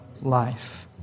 life